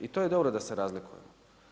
I to je dobro da se razlikujemo.